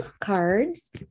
cards